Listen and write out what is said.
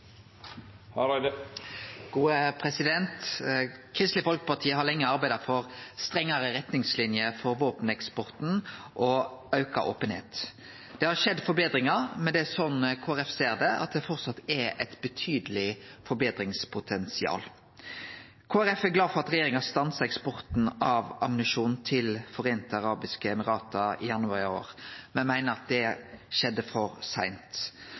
Kristeleg Folkeparti har lenge arbeidd for strengare retningslinjer for våpeneksporten og auka openheit. Det har skjedd forbetringar, men slik Kristeleg Folkeparti ser det, er det framleis eit betydeleg forbetringspotensial. Kristeleg Folkeparti er glad for at regjeringa stansa eksporten av ammunisjon til Dei sameinte arabiske emirata i januar i år. Me meiner at det skjedde for seint.